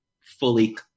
fully